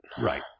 Right